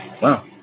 Wow